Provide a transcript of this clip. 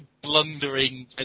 blundering